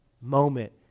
moment